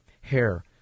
hair